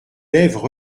lèvres